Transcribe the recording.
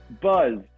Buzz